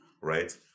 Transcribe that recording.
right